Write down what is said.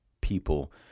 people